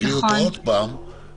תקריאי אותו עוד פעם,